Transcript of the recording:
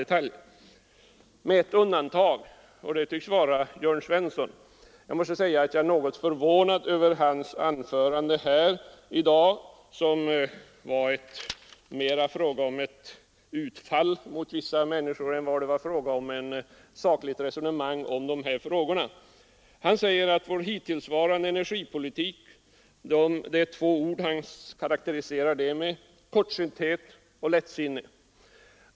Det finns dock ett undantag i detta sammanhang, nämligen herr Jörn Svensson i Malmö. Jag är något förvånad över hans anförande här i dag, där han mera ägnade sig åt utfall mot vissa människor än åt att föra ett sakligt resonemang. Han karakteriserar samhällets hela hittillsvarande energipolitik med orden kortsynthet och lättsinne.